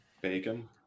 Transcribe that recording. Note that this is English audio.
Bacon